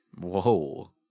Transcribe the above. Whoa